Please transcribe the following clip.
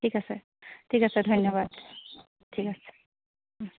ঠিক আছে ঠিক আছে ধন্যবাদ ঠিক আছে